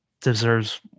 deserves